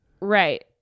right